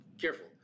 careful